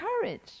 courage